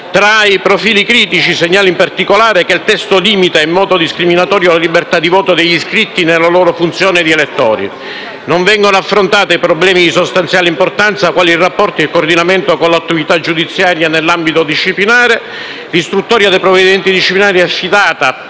Tra i profili critici degli ordini segnalo, in particolare, che il testo limita in modo discriminatorio la libertà di voto degli iscritti nella loro funzione di elettori; non vengono affrontati problemi di sostanziale importanza quali il rapporto e il coordinamento con l'autorità giudiziaria nell'ambito disciplinare; l'istruttoria dei provvedimenti disciplinari è affidata